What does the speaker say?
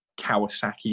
Kawasaki